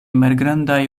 malgrandaj